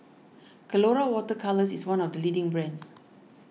Colora Water Colours is one of the leading brands